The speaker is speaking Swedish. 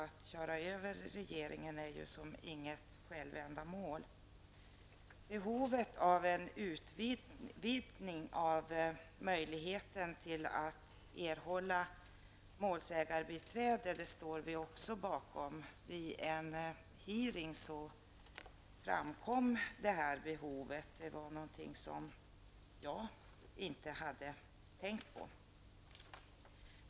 Att köra över regeringen är ju inget självändamål. Vi stöder också förslaget om en utvidgning av möjligheten att erhålla målsägandebiträde. Vid en utfrågning framkom det att det fanns ett behov, något som jag inte hade tänkt på.